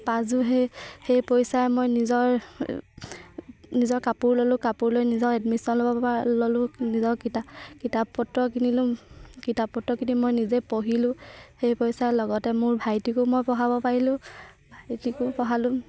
পাঁচযোৰ সেই সেই পইচাই মই নিজৰ নিজৰ কাপোৰ ল'লোঁ কাপোৰ লৈ নিজৰ এডমিশ্যন ল'ব পাৰ ল'লোঁ নিজৰ কিতাপ কিতাপ পত্ৰ কিনিলোঁ কিতাপ পত্ৰ কিনি মই নিজে পঢ়িলোঁ সেই পইচাৰ লগতে মোৰ ভাইটিকো মই পঢ়াব পাৰিলোঁ ভাইটিকো পঢ়ালোঁ